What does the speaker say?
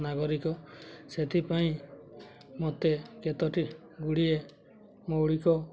ନାଗରିକ ସେଥିପାଇଁ ମୋତେ କେତୋଟି ଗୁଡ଼ିଏ ମୌଳିକ